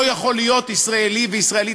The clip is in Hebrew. לא יכול להיות ישראלי וישראלית,